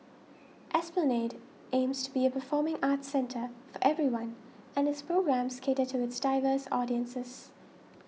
esplanade aims to be a performing arts centre for everyone and its programmes cater to its diverse audiences